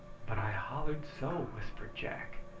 but i hollered so, whispered jack.